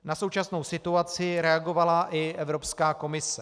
Na současnou situaci reagovala i Evropská komise.